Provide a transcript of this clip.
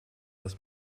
das